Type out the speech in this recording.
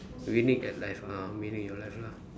winning at life uh meaning your life lah